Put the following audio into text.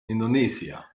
indonesia